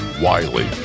Wiley